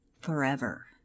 forever